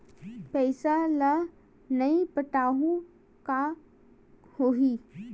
पईसा ल नई पटाहूँ का होही?